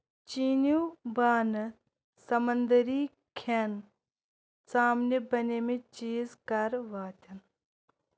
چیٖنو بانہٕ سَمنٛدٔری کھیٚن ژامنہِ بَنیمٕتۍ چیٖز کَر واتَن؟